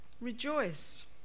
Rejoice